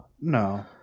No